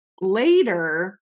Later